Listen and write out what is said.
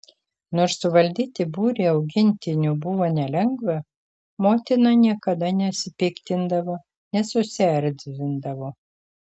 nors suvaldyti būrį augintinių buvo nelengva motina niekada nesipiktindavo nesusierzindavo